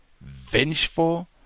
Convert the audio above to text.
vengeful